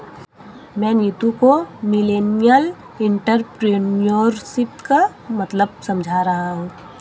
मैं नीतू को millennial entrepreneurship का मतलब समझा रहा हूं